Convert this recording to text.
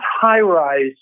high-rise